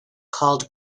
called